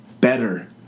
better